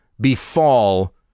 befall